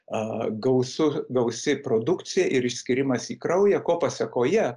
a gausu gausi produkcija ir išskyrimas į kraują ko pasekoje